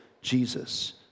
Jesus